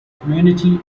community